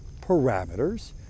parameters